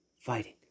fighting